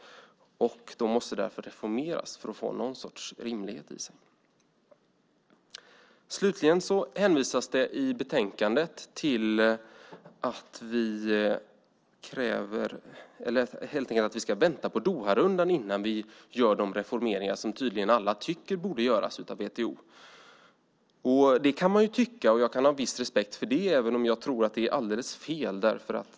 Därför måste de reformeras så att vi får någon sorts rimlighet. Slutligen hänvisas det i betänkandet till att vi ska vänta på Doharundan innan vi gör de reformeringar av WTO som tydligen alla tycker borde göras. Det kan man tycka, och jag kan ha viss respekt för det, även om jag tror att det är alldeles fel.